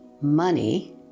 Money